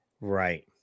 right